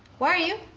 where are you?